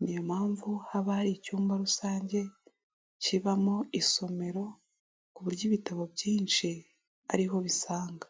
Ni yo mpamvu haba hari icyumba rusange kibamo isomero ku buryo ibitabo byinshi ariho ubisanga.